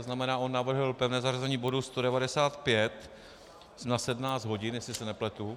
To znamená, on navrhl pevné zařazení bodu 195 na 17 hodin, jestli se nepletu.